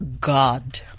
God